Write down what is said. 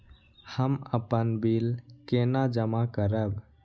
हम अपन बिल केना जमा करब?